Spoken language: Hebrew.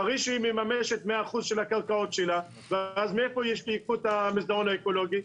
חריש מממשת 100% מהקרקעות שלה אז מאיפה יש מסדרון אקולוגי?